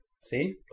See